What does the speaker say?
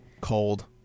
Cold